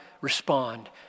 respond